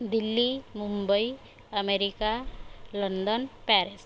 Delhi Mumbai America London Paris